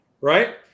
right